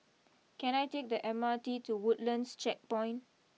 can I take the M R T to Woodlands Checkpoint